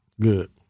Good